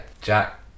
Jack